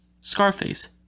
Scarface